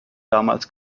damals